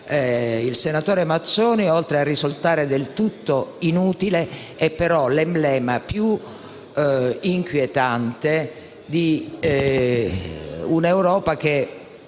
il senatore Mazzoni, oltre a risultare del tutto inutile, è l'emblema più inquietante di un'Europa che